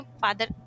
father